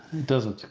doesn't?